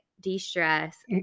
de-stress